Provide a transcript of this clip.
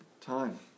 time